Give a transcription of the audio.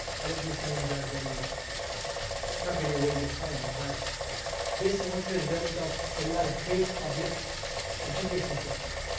all of these terms are very not very well-defined, but this was the result of kerala's great public education system.